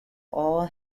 all